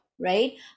right